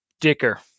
Dicker